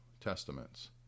testaments